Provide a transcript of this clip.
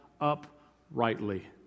uprightly